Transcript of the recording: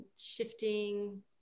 shifting